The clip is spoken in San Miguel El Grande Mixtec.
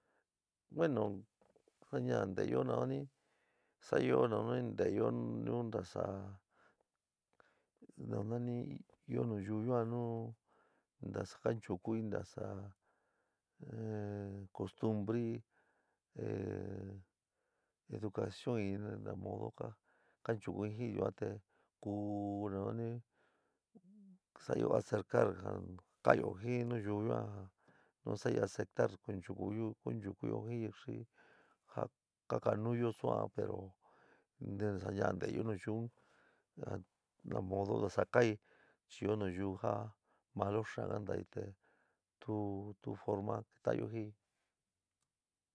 Bueno sañaa nteyo nanani sa'ayo nanani nteyo nu ntasa nanani ɨó nayuú yuan nu ntasa kanchukuɨ a costumbrɨ educacion'ɨ na modo anchukuɨ jin yuan te ku nanani sa'ayo acercar jaa kaányo jin nayuú yuan nu saɨ aceptar kunchukuyo jin'ɨ xi ja kaka nuúyo suaa pero ntesa yaa nteyó nayuú un na modo nasa ka-ɨ chi ɨó nayuú ja malo xaán kantaɨ te tu tu forma keta'anyo jin'ɨ.